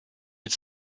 mit